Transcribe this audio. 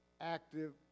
active